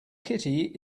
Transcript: kitty